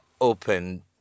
open